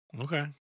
okay